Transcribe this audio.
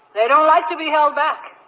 they don't like to be held back.